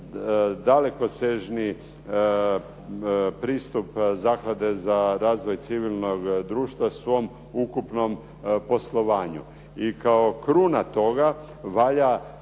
dalekosežni pristup Zaklade za razvoj civilnog društva svom ukupnom poslovanju. I kao kruna toga valja